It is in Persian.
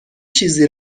چیزی